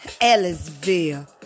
Ellisville